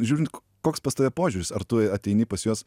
žiūrint koks pas tave požiūris ar tu ateini pas juos